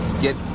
get